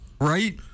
right